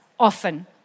Often